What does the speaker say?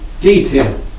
detail